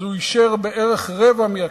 אז הוא אישר בערך רבע מהכיתות.